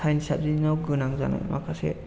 science subject आव गोनां जानाय माखासे